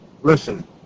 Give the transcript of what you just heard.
listen